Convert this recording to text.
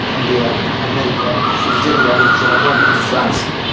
India America Switzerland Germany France